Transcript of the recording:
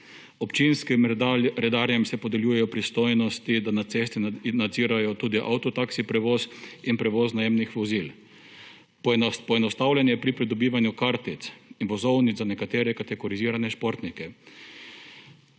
občinskim redarjem se podeljujejo pristojnosti, da na cesti in nadzirajo tudi avtotaksi prevoz in prevoz najemnih vozil. Poenostavljanje pri pridobivanju kartic in vozovnic za nekatere kategorizirane športnike.